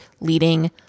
leading